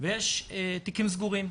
ויש תיקים סגורים,